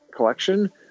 collection